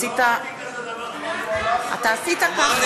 עשית, לא אמרתי כזה דבר, אתה עשית ככה.